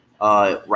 Right